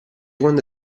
quando